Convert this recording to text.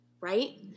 right